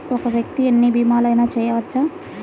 ఒక్క వ్యక్తి ఎన్ని భీమలయినా చేయవచ్చా?